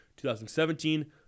2017